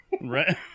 right